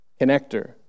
Connector